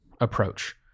approach